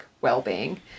well-being